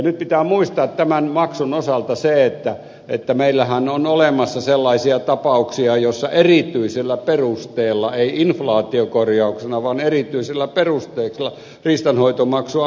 nyt pitää muistaa tämän maksun osalta se että meillähän on olemassa sellaisia tapauksia joissa erityisellä perusteella ei inflaatiokorjauksena vaan erityisillä perusteilla riistanhoitomaksua on korotettu